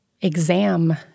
exam